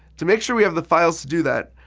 to make sure we have the files to do that,